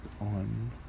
on